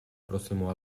prossimo